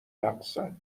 رقصن